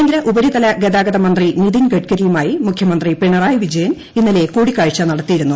കേന്ദ്ര ഉപരിതല ഗതാഗത മന്ത്രി നിതിൻ് ഗഡ്ഗരിയുമായി മുഖ്യമന്ത്രി പിണറായി വിജയൻ ഇന്നലെ കൂടിക്കാഴ്ച നടത്തിയിരുന്നു